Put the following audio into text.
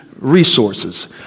resources